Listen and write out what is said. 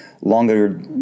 longer